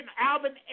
Alvin